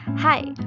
Hi